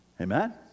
amen